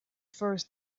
first